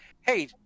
Hey